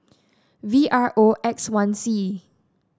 V R O X one C